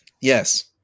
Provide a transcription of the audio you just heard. Yes